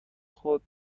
خود